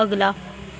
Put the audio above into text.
अगला